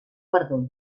perdó